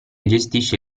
gestisce